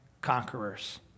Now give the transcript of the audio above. conquerors